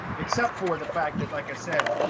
except for the fact that like i said,